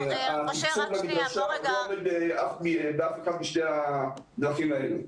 התקצוב למדרשה לא עומד באף אחת משתי הדרכים האלו.